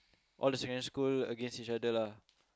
all the secondary school against each other lah